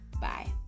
Bye